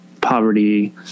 poverty